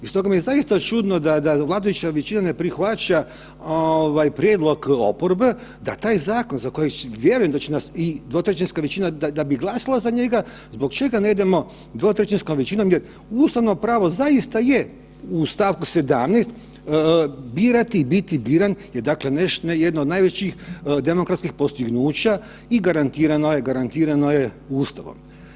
I stoga mi je zaista čudno da, da vladajuća većina ne prihvaća ovaj prijedlog oporbe, da taj zakon za koji vjerujem da će nas i dvotrećinska većina da, da bi glasala za njega, zbog čega ne idemo dvotrećinskom većinom gdje ustavno pravo zaista je u st. 17. birati i biti biran je dakle jedno od najvećih demokratskih postignuća i garantirano je, garantirano je Ustavom.